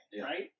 right